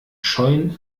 scheuen